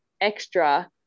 extra